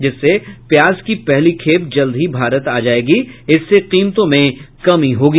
जिससे प्याज की पहली खेप जल्द ही भारत आ जायेगी इससे कीमतों में कमी होगी